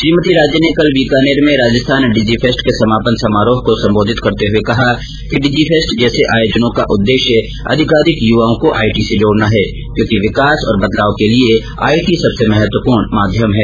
श्रीमती राजे ने कल बीकानेर में राजस्थान डिजिफेस्ट के समापन समारोह को सम्बोधित करते हुए कहा कि डिजिफेस्ट जैसे आयोजनों का उद्देश्य अधिकाधिक युवाओं को आईटी से जोड़ना है क्योंकि विकास और बदलाव के लिए आईटी सबसे महत्वपूर्ण माध्यम है